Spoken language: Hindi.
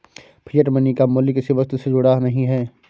फिएट मनी का मूल्य किसी वस्तु से जुड़ा नहीं है